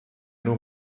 nur